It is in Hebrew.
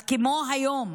אז כמו היום